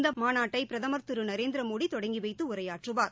இந்த மாநாட்டை பிரதமா் திரு நரேந்திரமோடி தொடங்கி வைத்து உரையாற்றுவார்